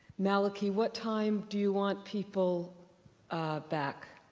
malachy, what time do you want people back?